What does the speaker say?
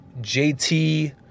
JT